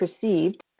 perceived